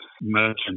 merchant